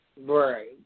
Right